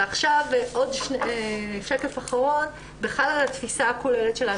ועכשיו, בכלל על התפיסה הכוללת שלנו.